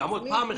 פעם אחת.